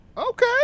okay